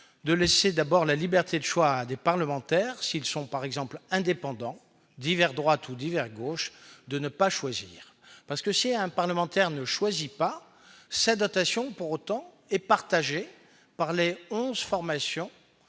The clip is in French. de laisser d'abord la liberté de choix des parlementaires s'ils sont par exemple l'indépendant divers droite ou divers gauche de ne pas choisir, parce que c'est un parlementaire ne choisit pas sa dotation pour autant est partagée par les 11 formations